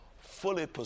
fully